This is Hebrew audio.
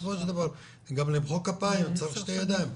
כי גם למחוא כפיים צריך שתי ידיים.